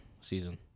season